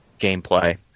gameplay